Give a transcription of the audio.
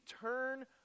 turn